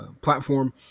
platform